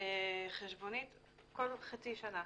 חשבונית כל חצי שנה.